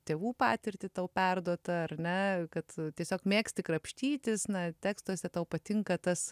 tėvų patirtį tau perduotą ar ne kad tiesiog mėgsti krapštytis na tekstuose tau patinka tas